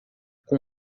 com